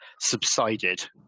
subsided